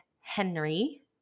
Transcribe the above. Henry